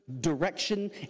direction